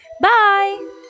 Bye